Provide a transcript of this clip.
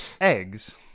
eggs